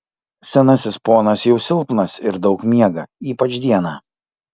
senasis ponas jau silpnas ir daug miega ypač dieną